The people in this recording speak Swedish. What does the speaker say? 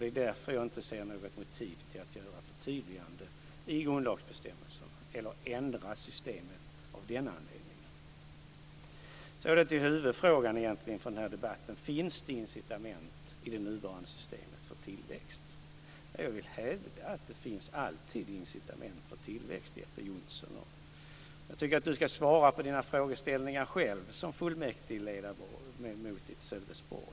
Det är därför jag inte ser något motiv för att göra ett förtydligande i grundlagsbestämmelserna eller ändra systemet av den anledningen. Så till huvudfrågan för debatten, om det finns incitament för tillväxt i det nuvarande systemet. Jag vill hävda att det alltid finns incitament för tillväxt. Jag tycker att Jeppe Johnsson som fullmäktigeledamot i Sölvesborg själv ska svara på sina frågeställningar.